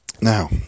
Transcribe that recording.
Now